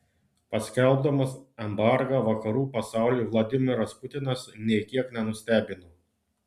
paskelbdamas embargą vakarų pasauliui vladimiras putinas nė kiek nenustebino